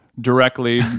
directly